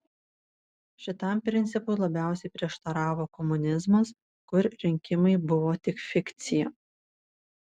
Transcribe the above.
šitam principui labiausiai prieštaravo komunizmas kur rinkimai buvo tik fikcija